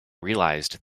realised